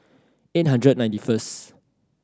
eight hundred ninety first